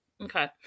Okay